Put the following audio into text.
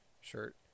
shirt